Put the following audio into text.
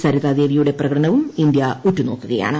സരിതാദേവിയുടെ പ്രകടനവും ഇന്ത്യ ഉറ്റുനോക്കുകയാണ്